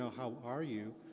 ah how are you.